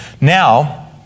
Now